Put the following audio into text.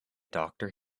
doctor